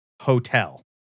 Hotel